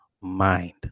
mind